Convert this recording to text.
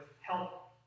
help